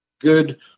good